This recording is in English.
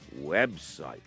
website